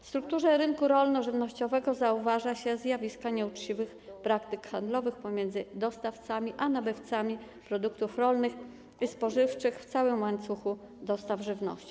W strukturze rynku rolno-żywnościowego zauważa się zjawiska nieuczciwych praktyk handlowych pomiędzy dostawcami a nabywcami produktów rolnych i spożywczych w całym łańcuchu dostaw żywności.